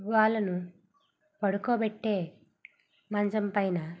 వాళ్ళను పడుకోబెట్టే మంచం పైన